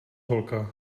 holka